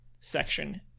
section